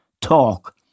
talk